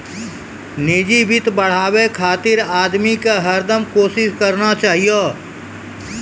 निजी वित्त बढ़ाबे खातिर आदमी के हरदम कोसिस करना चाहियो